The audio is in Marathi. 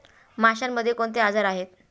माशांमध्ये कोणते आजार आहेत?